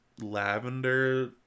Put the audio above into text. lavender